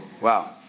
Wow